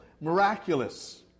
Miraculous